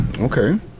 Okay